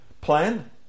plan